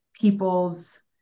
people's